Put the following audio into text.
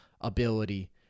ability